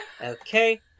Okay